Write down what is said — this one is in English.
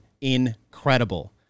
incredible